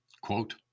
Quote